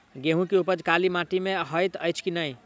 गेंहूँ केँ उपज काली माटि मे हएत अछि की नै?